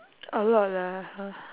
a lot lah !huh!